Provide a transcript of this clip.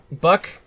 Buck